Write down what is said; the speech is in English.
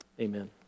Amen